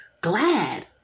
glad